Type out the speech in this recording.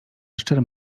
szczerym